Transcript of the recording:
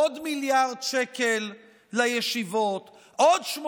עוד מיליארד שקל לישיבות, עוד 8